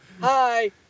Hi